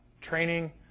training